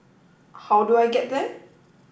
how do I get there